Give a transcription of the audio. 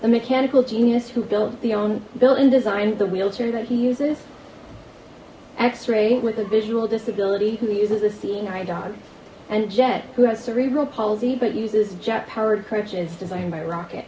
mechanical genius who built the own built in design of the wheelchair that he uses x ray with a visual disability who uses a seeing eye dog and jet who has cerebral palsy but uses jet powered crutches designed by rocket